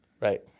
Right